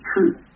truth